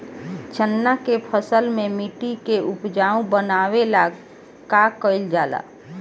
चन्ना के फसल में मिट्टी के उपजाऊ बनावे ला का कइल जाला?